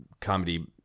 comedy